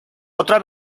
otra